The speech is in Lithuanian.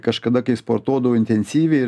kažkada kai sportuodavau intensyviai